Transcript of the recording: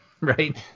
right